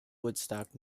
woodstock